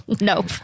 Nope